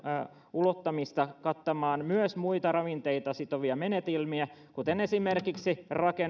ulottamista kattamaan myös muita ravinteita sitovia menetelmiä kuten